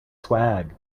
swag